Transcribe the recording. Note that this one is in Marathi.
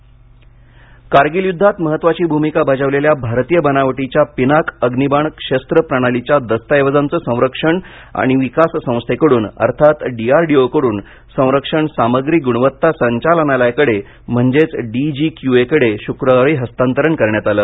पिनाका कारगिल युद्धात महत्वाची भूमिका बजावलेल्या भारतीय बनावटीच्या पिनाका अग्नीबाण शस्त्र प्रणालीच्या दस्ताऐवजांच संरक्षण आणि विकास संस्थेकडून अर्थात डीआरडीओ कडून संरक्षण सामग्री गुणवत्ता संचालनालयाकडे म्हणजेच डीजीक्यूऐ शुक्रवारी हस्तांतरण करण्यात आलं